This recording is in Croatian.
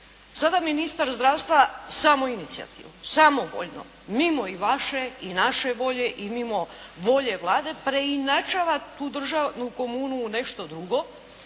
Sada ministar zdravstva samoinicijativno, samovoljno, mimo i vaše i naše volje i mimo volje Vlade preinačava tu komunu u nešto drugo,